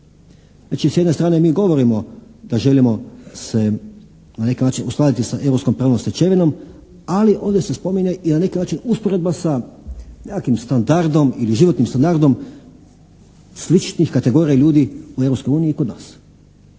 s jedne strane mi govorimo da želimo se na neki način uskladiti s europskom pravnom stečevinom, ali ovdje se spominje i na neki način usporedba sa nekakvim standardom ili životnim standardom sličnih kategorija ljudi u Europskoj uniji